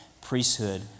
priesthood